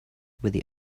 with